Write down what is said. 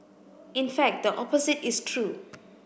in fact the opposite is true